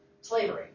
slavery